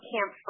Camp